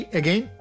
again